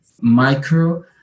micro